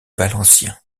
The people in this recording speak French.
valencien